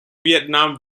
vietnam